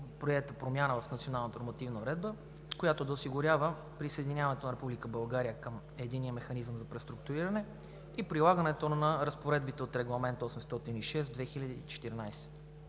приета промяна в Националната нормативна уредба, която да осигурява присъединяването на Република България към Единния механизъм за преструктуриране и прилагането на разпоредбите от Регламент № 806/2014.